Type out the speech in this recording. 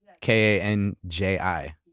K-A-N-J-I